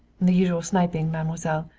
the usual sniping, mademoiselle.